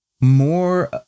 more